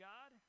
God